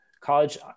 college